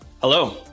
Hello